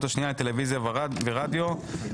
השנייה לטלוויזיה ורדיו (תיקון מס' 48),